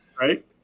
Right